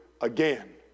again